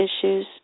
issues